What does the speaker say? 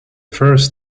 first